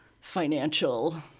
financial